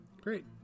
Great